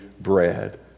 bread